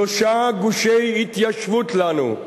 שלושה גושי התיישבות לנו,